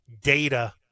data